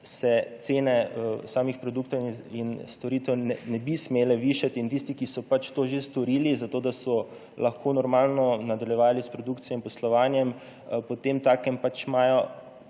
se cene samih produktov in storitev ne bi smele višati, in tisti, ki so to že storili, da so lahko normalno nadaljevali s produkcijo in poslovanjem, imajo